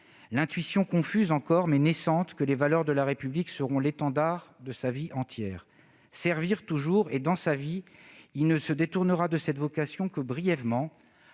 l'intuition, confuse encore mais naissante, que les valeurs de la République seront l'étendard de sa vie entière. Servir toujours, et, dans sa vie, il ne se détourna de cette vocation que brièvement,